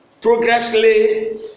progressively